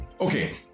Okay